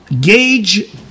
gauge